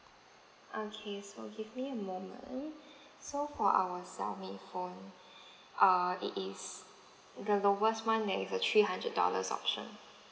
okay so give me a moment so for our Xiaomi phone err it is the lowest one that is a three hundred dollars option